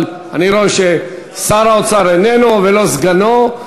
אבל אני רואה ששר האוצר איננו, ולא סגנו.